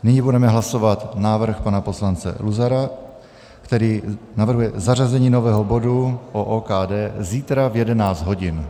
Nyní budeme hlasovat návrh pana poslance Luzara, který navrhuje zařazení nového bodu o OKD zítra v 11 hodin.